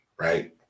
right